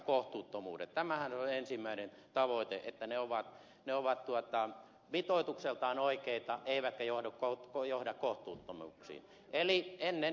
tämähän on ensimmäinen tavoite että ne ovat mitoitukseltaan oikeita eivätkä johda kohtuuttomuuksiin